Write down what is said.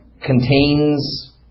contains